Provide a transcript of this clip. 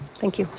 thank you.